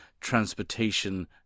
transportation